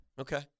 Okay